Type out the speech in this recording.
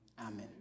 Amen